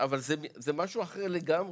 זה משהו אחר לגמרי.